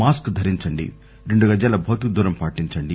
mask ధరించండి రెండు గజాల భౌతిక దూరం పాటించండి